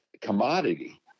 commodity